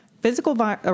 physical